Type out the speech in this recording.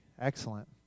Excellent